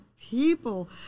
people